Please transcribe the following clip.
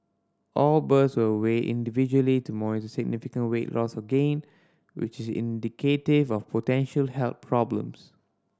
all birds were weighed individually to monitor significant weight loss or gain which is indicative of potential health problems